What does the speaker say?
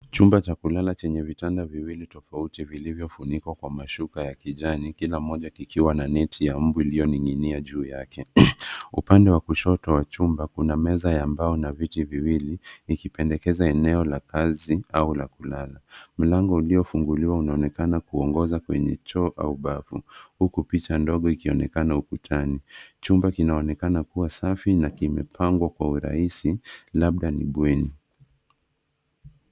Chumba cha kulala chenye vitanda viwili tofauti vilivyo funikwa kwa mashuka ya kijani kila moja kikiwa na neti ya mbu iliyo ninginia juu yake. Upande wa kushoto wa chumba kuna meza ya mbao na viti viwili ikipendekeza eneo la kazi au la kulala. Mlango uliyo funguliwa unaonekana kuongoza kwenye choo au bafu. Huku picha ndogo ikionekana ukutani. Chumba kinaonekana kuwa safi na kimepangwa kwa urahisi labda ni bweni.